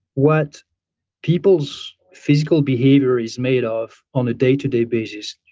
what people's physical behavior is made of on a day to day basis,